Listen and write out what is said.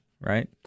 right